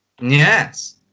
Yes